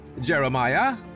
Jeremiah